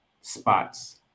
spots